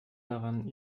daran